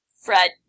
Fred